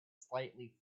slightly